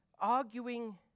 arguing